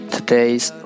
Today's